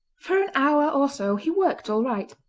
for an hour or so he worked all right,